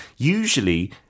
Usually